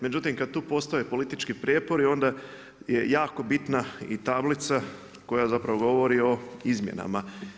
Međutim kada tu postoje politički prijepori onda je jako bitna i tablica koja zapravo govori o izmjenama.